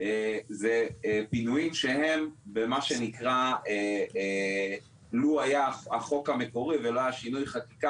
זה פינויים שהם במה שנקרא לו היה החוק המקורי ולא היה שינוי חקיקה